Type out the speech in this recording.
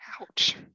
Ouch